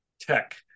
tech